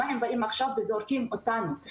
עכשיו הם באים וזורקים אותנו?